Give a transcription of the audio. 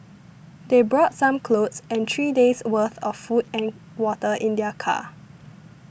they brought some clothes and three days worth of food and water in their car